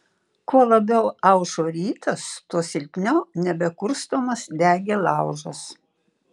kuo labiau aušo rytas tuo silpniau nebekurstomas degė laužas